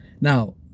now